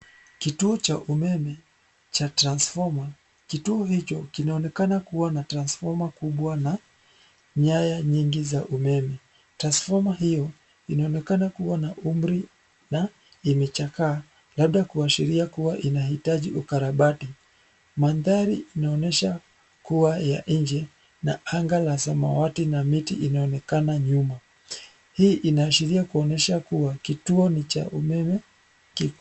Kituo cha umeme cha transfoma, kituo hicho kinaonekana kuwa na transfoma kubwa na nyaya nyingi za umeme. Transfoma hio inaonekana kuwa na umri na imechakaa labda kuashiria kuwa inahitaji ukarabati. Mandhari inaonyesha kuwa ya nje na anga la samawati na miti inaonekana nyuma. Hii inaashiria kuonyesha kuwa kituo ni cha umeme kiko.